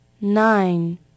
Nine